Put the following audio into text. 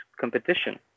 competition